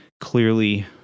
clearly